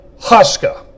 Huska